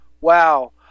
wow